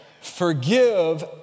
forgive